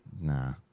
Nah